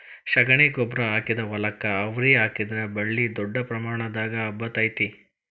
ಶಗಣಿ ಗೊಬ್ಬ್ರಾ ಹಾಕಿದ ಹೊಲಕ್ಕ ಅವ್ರಿ ಹಾಕಿದ್ರ ಬಳ್ಳಿ ದೊಡ್ಡ ಪ್ರಮಾಣದಾಗ ಹಬ್ಬತೈತಿ